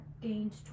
gained